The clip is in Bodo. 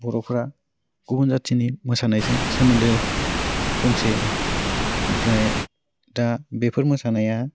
बर'फोरा गुबुन जाथिनि मोसानायजों सोमोन्दो दंसै आरो ओमफ्राय दा बेफोर मोसानाया